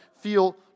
feel